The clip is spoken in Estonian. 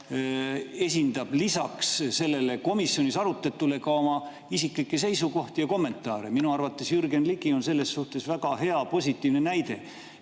esitab lisaks komisjonis arutatule ka oma isiklikke seisukohti ja kommentaare. Minu arvates Jürgen Ligi on selles mõttes väga hea positiivne näide.